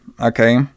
okay